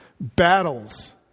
battles